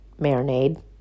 marinade